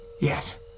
Yes